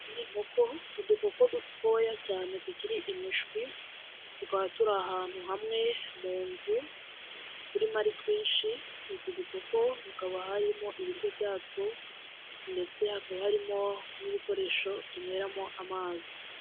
Izi ni inkoko udutoya cyane tukiri imishwi, tukaba turi ahantu hamwe mu nzu, turimo ari twinshi, utu dukoko hakaba harimo ibiryo byatwo ndetse hakaba harimo n'ibikoresho tunyweramo amazi.